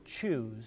choose